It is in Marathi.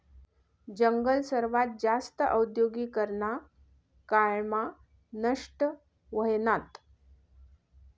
जंगल सर्वात जास्त औद्योगीकरना काळ मा नष्ट व्हयनात